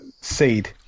seed